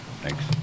thanks